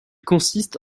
consiste